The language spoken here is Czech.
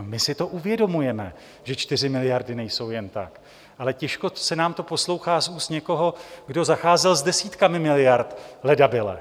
My si uvědomujeme, že 4 miliardy nejsou jen tak, ale těžko se nám to poslouchá z úst někoho, kdo zacházel s desítkami miliard ledabyle.